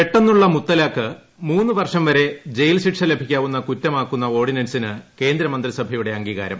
പെട്ടെന്നുള്ള മുത്തലാഖ് മൂന്നുവർഷം വരെ ജയിൽ ശിക്ഷ ലഭിക്കാവുന്ന കുറ്റമാക്കുന്ന ഓർഡിനൻസിന് കേന്ദ്രമന്ത്രിസഭയുടെ അംഗീകാരം